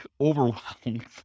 overwhelmed